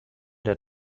der